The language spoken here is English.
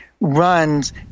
runs